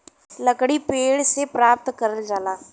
लकड़ी पेड़ से प्राप्त करल जाला